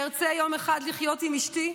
/ שארצה יום אחד לחיות עם אשתי?